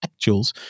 actuals